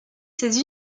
ses